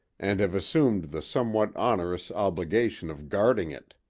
and have assumed the somewhat onerous obligation of guarding it.